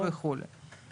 חמור מאוד.